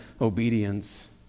obedience